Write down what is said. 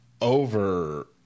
over